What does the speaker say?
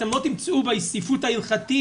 אתם לא תמצאו בספרות ההלכתית,